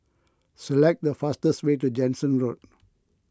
select the fastest way to Jansen Road